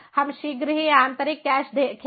हम शीघ्र ही आंतरिक कैश देखेंगे